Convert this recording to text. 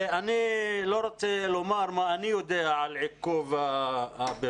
אני לא רוצה לומר מה אני יודע על עיכוב הפרסום,